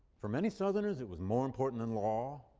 for many southerners it was more important than law,